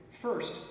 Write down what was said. First